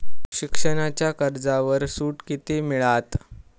शिक्षणाच्या कर्जावर सूट किती मिळात?